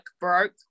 broke